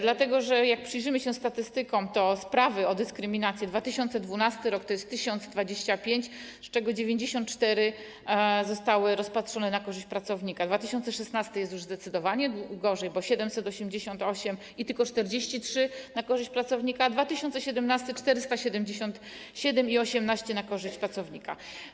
Dlatego że jak przyjrzymy się statystykom, to sprawy o dyskryminację: 2012 r. - 1025, z czego 94 zostały rozpatrzone na korzyść pracownika, 2016 r. - jest już zdecydowanie gorzej, bo 788 i tylko 43 na korzyść pracownika, a 2017 r. - 477 i 18 na korzyść pracownika.